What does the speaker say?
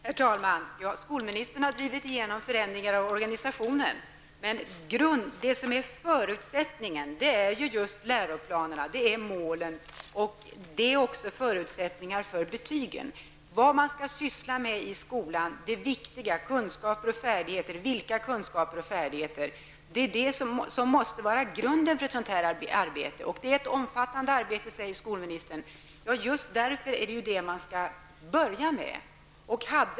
Herr talman! Skolministern har drivit igenom förändringar i organisationen, men förutsättningarna härför är ju läroplanerna och målen, och dessa är också förutsättningar för betygen. Vad man skall syssla med i skolan, vilka kunskaper man skall tillägna sig, måste vara grunden för ett sådant här arbete. Det är ett omfattande arbete, säger skolministern. Just därför är det det som man skall börja med.